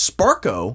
Sparko